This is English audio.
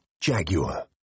Jaguar